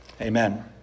Amen